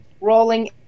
rolling